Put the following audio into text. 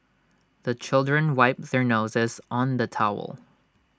the children wipe their noses on the towel